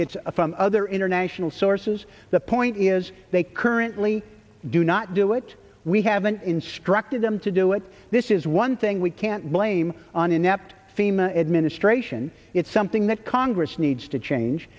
it's from other international sources the point is they currently do not do it we haven't instructed them to do it this is one thing we can't blame on inept fema administration it's something that congress needs to change